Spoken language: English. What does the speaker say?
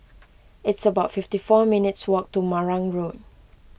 it's about fifty four minutes' walk to Marang Road